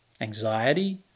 Anxiety